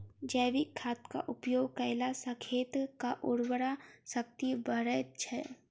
जैविक खादक उपयोग कयला सॅ खेतक उर्वरा शक्ति बढ़ैत छै